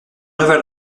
nouvel